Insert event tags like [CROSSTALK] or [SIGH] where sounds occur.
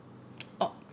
[NOISE] oh